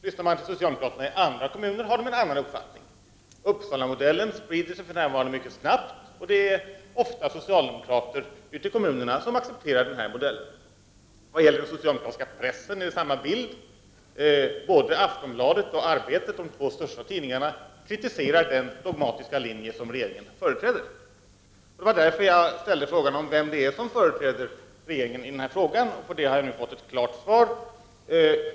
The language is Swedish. medan socialdemokrater i vissa andra kommuner har en annan. Uppsalamodellen sprider sig för närvarande mycket snabbt. och det är ofta socialdemokrater ute i kommunerna som accepterar denna modell. När det gäller den socialdemokratiska pressen är bilden densamma. De två största tidningarna Arbetet och Aftonbladet kritiserar den dogmatiska linje som regeringen företräder. Det var därför som jag ställde frågan om vem det är som företräder regeringen när det gäller statsbidrag till barnomsorgen. och jag har nu fått ett klart svar.